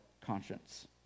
conscience